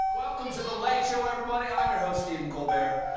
welcome to the late show, everybody. i'm your host, stephen colbert.